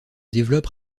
développe